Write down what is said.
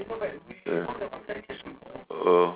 ah oh